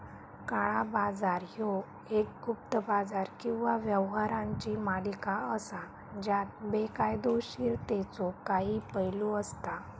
काळा बाजार ह्यो एक गुप्त बाजार किंवा व्यवहारांची मालिका असा ज्यात बेकायदोशीरतेचो काही पैलू असता